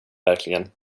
verkligen